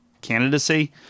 candidacy